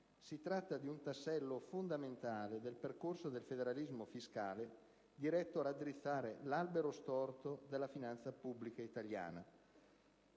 Si tratta di un tassello fondamentale del percorso del federalismo fiscale, diretto a raddrizzare l'albero storto della finanza pubblica italiana.